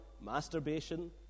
masturbation